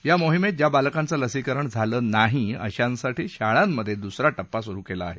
या मोहिमेत ज्या बालकांचं लसीकरण झालं नाही अशांसाठी शाळांमध्ये दुसरा टप्पा सुरू केला आहे